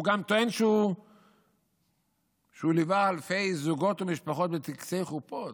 הוא גם טוען שהוא ליווה אלפי זוגות ומשפחות בטקסי חופות.